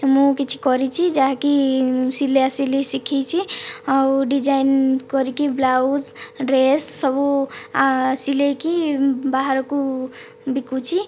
ମୁଁ କିଛି କରିଛି ଯାହା କି ସିଲା ସିଲି ଶିଖିଚି ଆଉ ଡିଜାଇନ କରିକି ବ୍ଳାଉଜ ଡ୍ରେସ୍ ସବୁ ସିଲେଇକି ବାହାରକୁ ବିକୁଛି